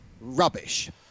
rubbish